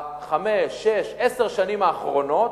בחמש, שש, עשר השנים האחרונות,